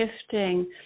shifting